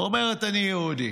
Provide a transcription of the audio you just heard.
אומרת "אני יהודי".